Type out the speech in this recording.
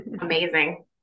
Amazing